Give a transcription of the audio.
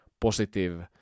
positive